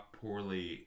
poorly